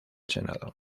senado